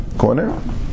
Corner